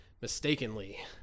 mistakenly